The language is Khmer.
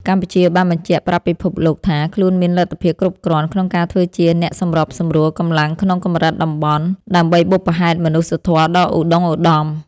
កម្ពុជាបានបញ្ជាក់ប្រាប់ពិភពលោកថា ខ្លួនមានលទ្ធភាពគ្រប់គ្រាន់ក្នុងការធ្វើជាអ្នកសម្របសម្រួលកម្លាំងក្នុងកម្រិតតំបន់ ដើម្បីបុព្វហេតុមនុស្សធម៌ដ៏ឧត្តុង្គឧត្តម។